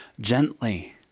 gently